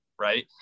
right